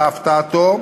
להפתעתו,